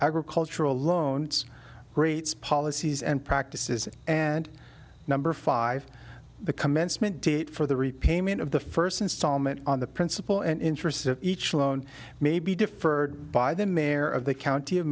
agricultural loans rates policies and practices and number five the commencement date for the repayment of the first installment on the principal and interest of each loan may be deferred by the mayor of the county of